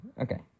okay